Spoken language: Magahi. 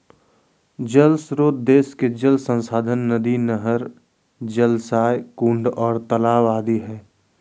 जल श्रोत देश के जल संसाधन नदी, नहर, जलाशय, कुंड आर तालाब आदि हई